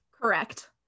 Correct